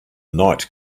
night